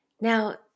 Now